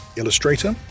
illustrator